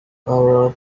overall